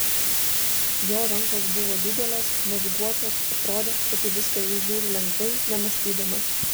jo rankos buvo didelės mazguotos atrodė kad į viską jis žiūri lengvai nemąstydamas